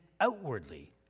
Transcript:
outwardly